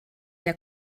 der